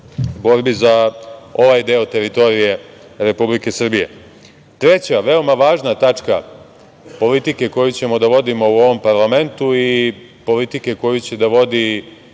borbi za ovaj deo teritorije Republike Srbije. Treća veoma važna tačka politike koju ćemo da vodimo u ovom parlamentu i politike koju će da vodi